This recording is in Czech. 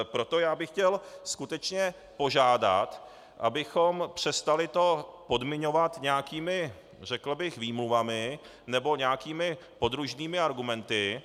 Proto bych chtěl skutečně požádat, abychom to přestali podmiňovat nějakými, řekl bych, výmluvami nebo nějakými podružnými argumenty.